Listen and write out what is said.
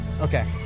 okay